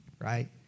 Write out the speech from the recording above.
right